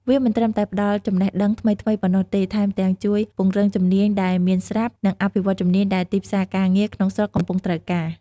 វាមិនត្រឹមតែផ្ដល់ចំណេះដឹងថ្មីៗប៉ុណ្ណោះទេ ថែមទាំងជួយពង្រឹងជំនាញដែលមានស្រាប់ និងអភិវឌ្ឍជំនាញដែលទីផ្សារការងារក្នុងស្រុកកំពុងត្រូវការ។